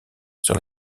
sur